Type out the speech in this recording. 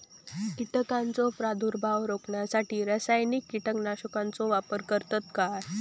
कीटकांचो प्रादुर्भाव रोखण्यासाठी रासायनिक कीटकनाशकाचो वापर करतत काय?